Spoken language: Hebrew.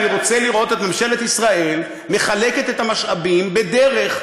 ואני רוצה לראות את ממשלת ישראל מחלקת את המשאבים בדרך,